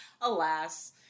Alas